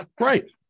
right